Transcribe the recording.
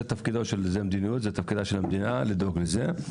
זו מדיניות, זה תפקידה של המדינה לדאוג לזה.